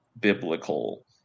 biblical